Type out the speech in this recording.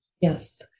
Yes